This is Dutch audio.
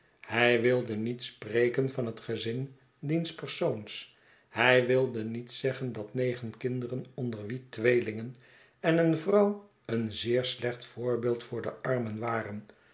hij wilde niet spreken van het gezin diens persoons hij wilde niet zeggen dat negen kinderen onder wie tweelingen en een vrouw een zeer slecht voorbeeld voor de armen waren